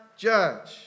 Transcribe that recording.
Judge